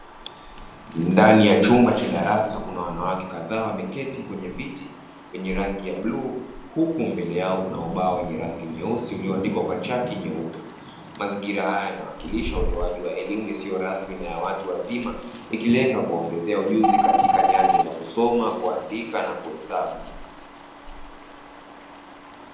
Ndani ya chumba cha darasa, kuna wanawake kadhaa wameketi kwenye viti vyenye rangi ya bluu, huku mbele yao kuna ubao wenye rangi nyeusi ulioandikwa kwa chaki nyeupe; mazingira haya yanawakilisha utoaji wa elimu isiyo rasmi kwa watu wazima, ikilenga kuongezea ujuzi katika nyanja za kusoma, kuandika, na kuhesabu.